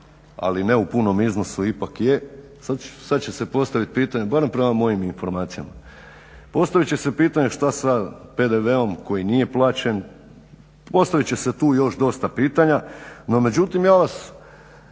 ali ne u punom iznosu ipak je. Sad će se postaviti pitanje, barem prema mojim informacijama, postavit će se pitanje što sa PDV-om koji nije plaćen, postavit će se tu još dosta pitanja no međutim ja ću